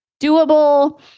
doable